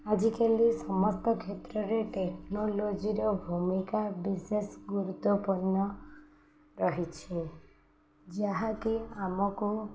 ଆଜିକାଲି ସମସ୍ତ କ୍ଷେତ୍ରରେ ଟେକ୍ନୋଲୋଜିର ଭୂମିକା ବିଶେଷ ଗୁରୁତ୍ୱପୂର୍ଣ୍ଣ ରହିଛି ଯାହାକି ଆମକୁ